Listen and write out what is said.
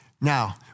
Now